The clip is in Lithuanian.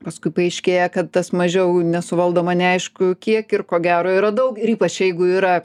paskui paaiškėja kad tas mažiau nesuvaldoma neaišku kiek ir ko gero yra daug ir ypač jeigu yra